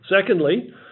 Secondly